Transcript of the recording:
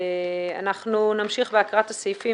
אנחנו נמשיך בהקראת הסעיפים,